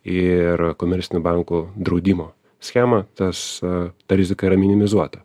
ir komercinių bankų draudimo schemą tas ta rizika yra minimizuota